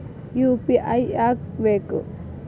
UPI ಯಾಕ್ ಬೇಕು?